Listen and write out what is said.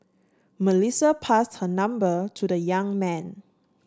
Melissa pass her number to the young man